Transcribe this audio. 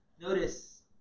Notice